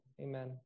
Amen